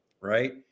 right